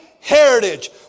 heritage